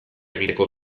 egiteko